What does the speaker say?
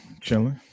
chilling